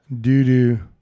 Doo-doo